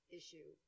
issue